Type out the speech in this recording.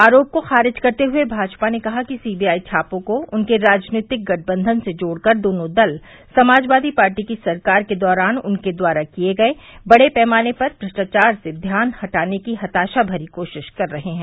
आरोप को खारिज करते हुए भाजपा ने कहा कि सीबीआई छापों को उनके राजनीतिक गठबंधन से जोड़कर दोनों दल समाजवादी पार्टी की सरकार के दौरान उनके द्वारा किए गए बड़े पैमाने पर थ्रष्टाचार से ध्यान हटाने की हताशा भरे कोशिश कर रहे हैं